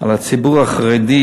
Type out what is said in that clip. על הציבור החרדי,